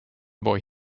boy